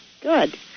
Good